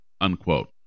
unquote